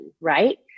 right